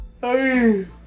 Hey